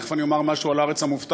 תכף אני אומר משהו על הארץ המובטחת,